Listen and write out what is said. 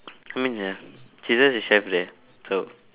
I mean ya she's just a chef there so